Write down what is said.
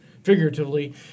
Figuratively